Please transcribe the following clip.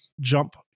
jump